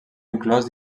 inclòs